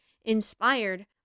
inspired